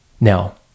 Now